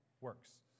works